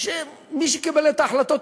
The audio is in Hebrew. שמי שקיבל את ההחלטות,